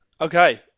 okay